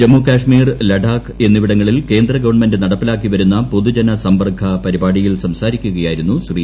ജമ്മു കശ്മീർ ലഡാക് എന്നിവിടങ്ങളിൽ കേന്ദ്ര ഗവൺമെന്റ് നടപ്പിലാക്കി വരുന്ന പൊതുജനസമ്പർക്ക പരിപാടിയിൽ സംസാരിക്കുകയായിരുന്നു ശ്രീ